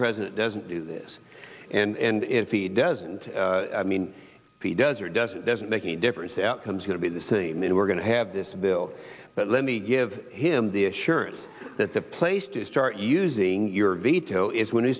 president doesn't do this and if he doesn't mean he does or does it doesn't make any difference outcomes going to be the same that we're going to have this bill but let me give him the assurance that the place to start using your veto is when you